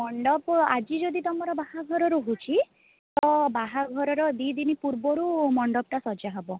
ମଣ୍ଡପ ଆଜି ଯଦି ତମର ବାହାଘର ରହୁଛି ତ ବାହାଘରର ଦୁଇ ଦିନ ପୂର୍ବରୁ ମଣ୍ଡପଟା ସଜାହେବ